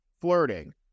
flirting